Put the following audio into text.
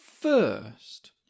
first